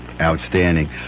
outstanding